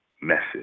message